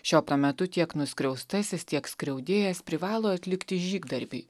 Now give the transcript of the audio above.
šiuo metu tiek nuskriaustasis tiek skriaudėjas privalo atlikti žygdarbį